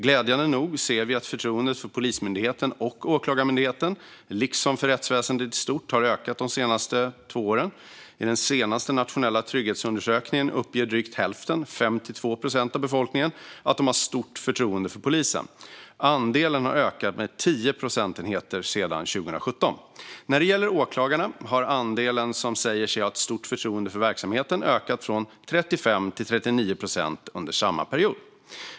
Glädjande nog ser vi att förtroendet för Polismyndigheten och Åklagarmyndigheten, liksom för rättsväsendet i stort, har ökat de senaste två åren. I den senaste Nationella trygghetsundersökningen uppger drygt hälften, 52 procent, av befolkningen att de har stort förtroende för polisen. Andelen har ökat med 10 procentenheter sedan 2017. När det gäller åklagarna har andelen som säger sig ha stort förtroende för verksamheten ökat från 35 till 39 procent under samma tidsperiod.